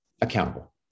accountable